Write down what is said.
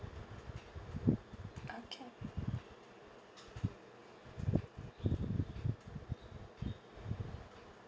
okay